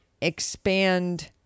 expand